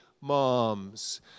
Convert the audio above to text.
moms